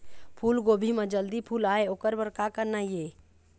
फूलगोभी म जल्दी फूल आय ओकर बर का करना ये?